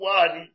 one